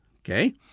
okay